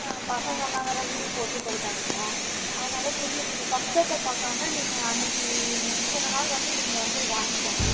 பசங்கெல்லாம் வேறு லீவ் போட்டு போயிட்டாங்க அதனால் கொஞ்சம் நீங்கள் கஷ்டத்த பார்க்காம நீங்கள் அன்னைக்கு முந்தின நாள் வந்து நீங்கள் வந்து வாங்கிக்கோங்க